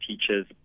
teachers